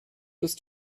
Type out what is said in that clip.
ist